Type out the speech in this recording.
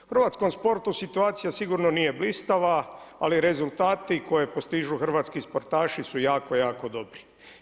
U hrvatskom sportu situacija sigurno nije blistava ali rezultati koje postižu hrvatski sportaši su jako, jako dobri.